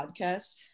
podcast